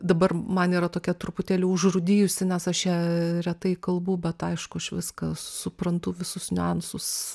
dabar man yra tokia truputėlį užrūdijusi nes aš ja retai kalbu bet aišku aš viską suprantu visus niuansus